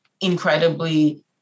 incredibly